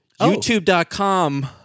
YouTube.com